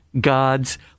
God's